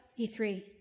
E3